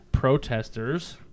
Protesters